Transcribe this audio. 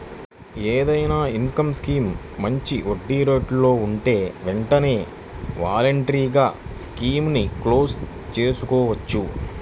ఏదైనా income scheme మంచి వడ్డీరేట్లలో ఉంటే వెంటనే వాలంటరీగా స్కీముని క్లోజ్ చేసుకోవచ్చు